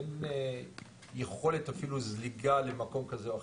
אין יכולת זליגה אפילו למקום כזה או אחר,